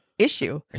issue